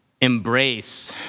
embrace